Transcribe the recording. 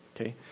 Okay